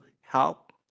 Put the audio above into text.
help